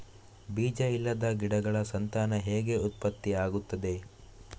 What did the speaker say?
ಬೀಜ ಇಲ್ಲದ ಗಿಡಗಳ ಸಂತಾನ ಹೇಗೆ ಉತ್ಪತ್ತಿ ಆಗುತ್ತದೆ?